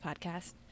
podcast